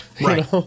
Right